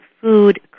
food